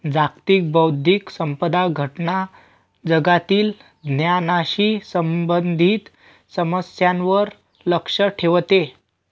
जागतिक बौद्धिक संपदा संघटना जगातील ज्ञानाशी संबंधित समस्यांवर लक्ष ठेवते